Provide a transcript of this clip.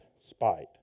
spite